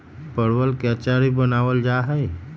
परवल के अचार भी बनावल जाहई